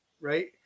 right